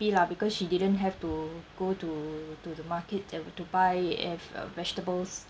lah because she didn't have to go to to the market uh to buy if uh vegetables